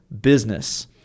business